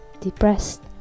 depressed